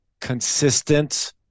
consistent